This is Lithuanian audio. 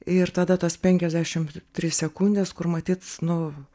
ir tada tos penkiasdešim trys sekundės kur matyt nu